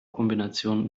kombination